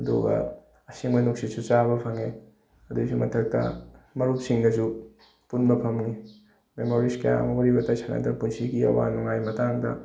ꯑꯗꯨꯒ ꯑꯁꯦꯡꯕ ꯅꯨꯡꯁꯤꯠꯁꯨ ꯆꯥꯕ ꯐꯪꯉꯦ ꯑꯗꯨꯒꯤꯁꯨ ꯃꯊꯛꯇ ꯃꯔꯨꯞꯁꯤꯡꯒꯁꯨ ꯄꯨꯟꯕ ꯐꯪꯉꯦ ꯃꯦꯃꯣꯔꯤꯁ ꯀꯌꯥ ꯑꯃ ꯋꯥꯔꯤ ꯋꯥꯇꯥꯏ ꯁꯥꯟꯅꯗꯕ ꯄꯨꯟꯁꯤꯒꯤ ꯑꯋꯥ ꯅꯨꯡꯉꯥꯏ ꯃꯇꯥꯡꯗ